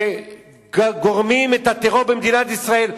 בגלל אותם שגורמים לטרור במדינת ישראל,